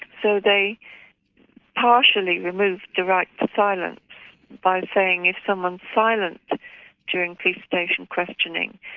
so they partially removed the right to silence by saying if someone's silent during police station questioning,